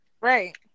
right